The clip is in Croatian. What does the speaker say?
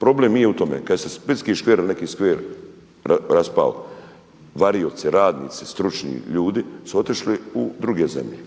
Problem nije u tome kaj se splitski škver ili neki škver raspao, varioci, radnici, stručni ljudi su otišli u druge zemlje.